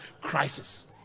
crisis